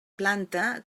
planta